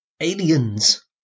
Aliens